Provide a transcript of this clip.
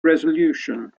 resolution